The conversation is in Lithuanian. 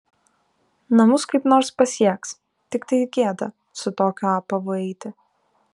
namus kaip nors pasieks tiktai gėda su tokiu apavu eiti